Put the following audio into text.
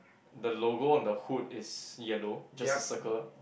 the logo on the hood is yellow just a circle